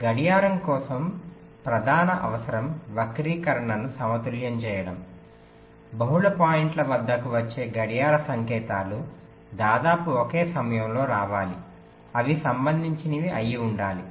గడియారం కోసం ప్రధాన అవసరం వక్రీకరణను సమతుల్యం చేయడం బహుళ పాయింట్ల వద్దకు వచ్చే గడియార సంకేతాలు దాదాపు ఒకే సమయంలో రావాలి అవి సంబంధించినవి అయ్యి ఉండాలి